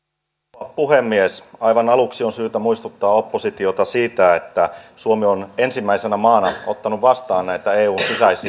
arvoisa rouva puhemies aivan aluksi on syytä muistuttaa oppositiota siitä että suomi on ensimmäisenä maana ottanut vastaan eun sisäisinä